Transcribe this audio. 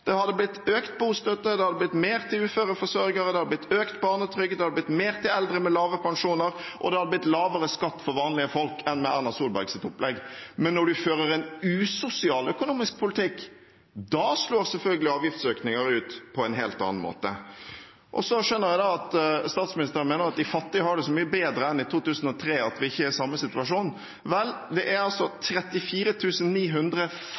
Det hadde blitt økt bostøtte, det hadde blitt mer til uføre forsørgere, det hadde blitt økt barnetrygd, det hadde blitt mer til eldre med lave pensjoner, og det hadde blitt lavere skatt for vanlige folk enn med Erna Solbergs opplegg. Men når man fører en usosial økonomisk politikk, slår selvfølgelig avgiftsøkninger ut på en helt annen måte. Så skjønner jeg at statsministeren mener at de fattige har det så mye bedre enn i 2003, og at vi ikke er i samme situasjon. Vel, det er